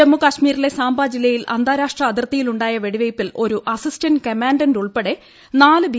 ജമ്മു കാശ്മീരിലെ സാംബാ ജില്ലയിൽ അന്താരാഷ്ട്ര അതിർത്തിയിലുണ്ടായ വെടിവെയ്പിൽ ഒരു അസ്റ്റിസ്റ്റന്റ് കമാന്റന്റ് ഉൾപ്പെടെ നാല് ബി